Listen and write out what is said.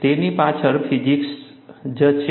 તેની પાછળ ફિઝિક્સ જ છે